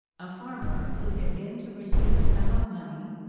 a farmer, who had been to receive a sum of money,